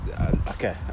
okay